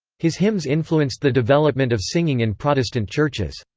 his hymns influenced the development of singing in protestant churches.